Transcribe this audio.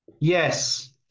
Yes